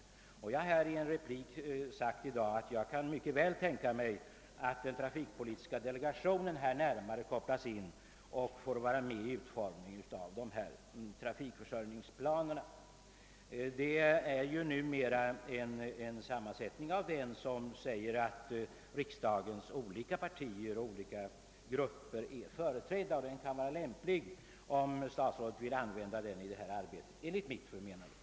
Jag har redan tidigare i en replik i dag sagt, att jag mycket väl kan tänka mig att den trafikpolitiska delegationen kopplas in och får vara med vid utformningen av dessa trafikförsörjningsplaner. Denna delegation har ju numera en sådan sammansättning, att riksdagens olika partier och grupper är företrädda i den, och det kan därför vara lämpligt att statsrådet utnyttjar den vid detta arbete.